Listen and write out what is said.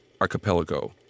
Archipelago